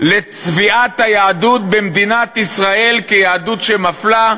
לצביעת היהדות במדינת ישראל כיהדות שמפלה,